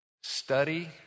study